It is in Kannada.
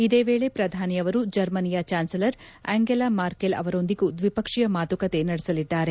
ಇದೇ ವೇಳಿ ಪ್ರಧಾನಿಯವರು ಜರ್ಮನಿಯ ಚಾನ್ವಲರ್ ಆಂಗೆಲಾ ಮಾರ್ಕೆಲ್ ಅವರೊಂದಿಗೂ ದ್ವಿಪಕ್ಷೀಯ ಮಾತುಕತೆ ನಡೆಸಲಿದ್ದಾರೆ